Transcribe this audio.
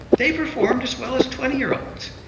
they performed as well as twenty year olds.